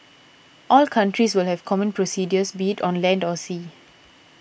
all countries will have common procedures be it on land or sea